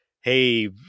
Hey